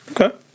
Okay